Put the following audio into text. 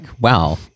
wow